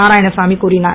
நாராயணசாமி கூறிஞர்